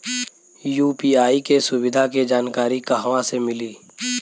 UPI के सुविधा के जानकारी कहवा से मिली?